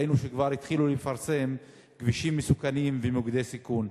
ראינו שכבר התחילו לפרסם כבישים מסוכנים ומוקדי סיכון.